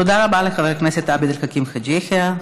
תודה רבה לחבר הכנסת עבד אל חכים חאג' יחיא.